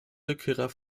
rückkehrer